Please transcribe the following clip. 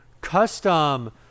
custom